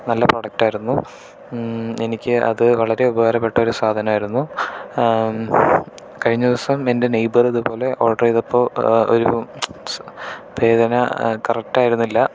നല്ല പ്രോഡക്റ്റ് ആയിരുന്നു എനിക്ക് അത് വളരെ ഉപകാരപ്പെട്ട ഒരു സാധനമായിരുന്നു കഴിഞ്ഞ ദിവസം എൻ്റെ നൈബർ ഇതുപോലെ ഓർഡർ ചെയ്തപ്പോൾ ഒരു പേന കറക്റ്റ് ആയിരുന്നില്ല